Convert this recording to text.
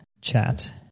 chat